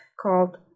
called